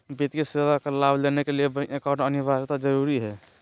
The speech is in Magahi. वित्तीय सेवा का लाभ लेने के लिए बैंक अकाउंट अनिवार्यता जरूरी है?